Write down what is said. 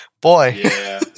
Boy